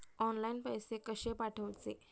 Online पैसे कशे पाठवचे?